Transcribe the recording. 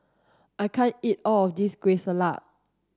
I can't eat all of this Kueh Salat